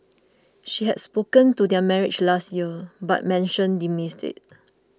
she had spoken of their marriage last year but Manson dismissed it